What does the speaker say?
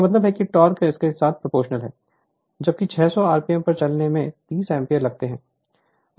इसका मतलब है टोक़ एक घन के लिए प्रोफेशनल है जबकि 600 आरपीएम पर चलने में 30 एम्पीयर लगते हैं